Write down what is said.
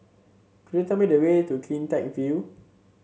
could you tell me the way to CleanTech View